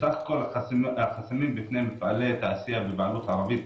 בסך הכול החסמים בפני מפעלי תעשייה בבעלות ערבית